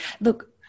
Look